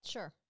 Sure